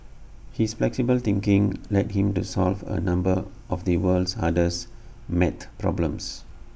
his flexible thinking led him to solve A number of the world's hardest math problems